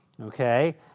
Okay